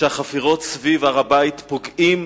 שהחפירות סביב הר-הבית פוגעות,